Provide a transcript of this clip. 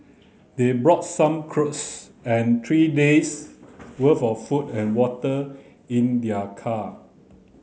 they brought some clothes and three days' worth of food and water in their car